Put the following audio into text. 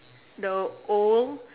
the old